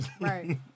right